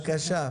אני חושב